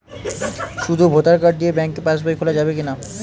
শুধু voter card দিয়ে bank pass বই খোলা যাবে কিনা?